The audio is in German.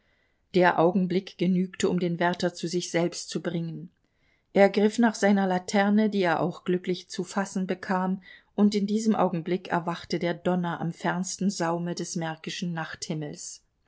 der augenblick genügte um den wärter zu sich selbst zu bringen er griff nach seiner laterne die er auch glücklich zu fassen bekam und in diesem augenblick erwachte der donner am fernsten saume des märkischen nachthimmels